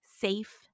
safe